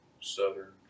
southern